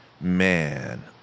man